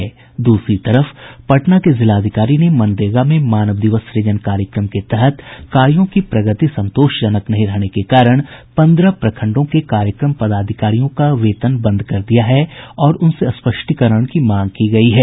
वहीं द्रसरी तरफ पटना के जिलाधिकारी ने मनरेगा में मानव दिवस सुजन कार्यक्रम के तहत कार्यों की प्रगति संतोषजनक नहीं रहने के कारण पंद्रह प्रखंडों के कार्यक्रम पदाधिकारियों का वेतन बंद कर दिया है और उनसे स्पष्टीकरण की मांग की गयी है